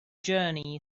journey